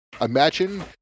Imagine